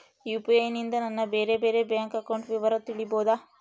UPI ನಿಂದ ನನ್ನ ಬೇರೆ ಬೇರೆ ಬ್ಯಾಂಕ್ ಅಕೌಂಟ್ ವಿವರ ತಿಳೇಬೋದ?